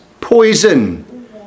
poison